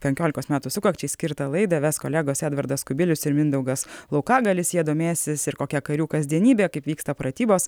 penkiolikos metų sukakčiai skirtą laidą ves kolegos edvardas kubilius ir mindaugas laukagalis jie domėsis ir kokia karių kasdienybė kaip vyksta pratybos